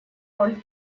роль